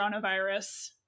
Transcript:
coronavirus